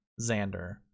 Xander